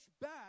back